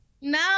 No